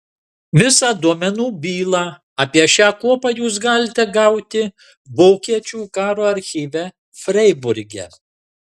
visą duomenų bylą apie šią kuopą jūs galite gauti vokiečių karo archyve freiburge